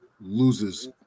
loses